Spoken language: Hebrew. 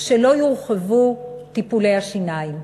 שלא יורחבו טיפולי השיניים.